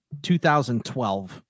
2012